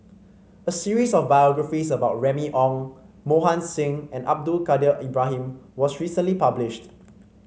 a series of biographies about Remy Ong Mohan Singh and Abdul Kadir Ibrahim was recently published